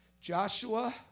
Joshua